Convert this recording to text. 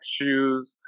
shoes